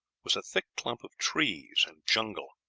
was a thick clump of trees and jungle.